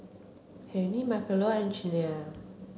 Penni Marcelo and Cheyanne